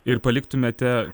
ir paliktumėte